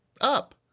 up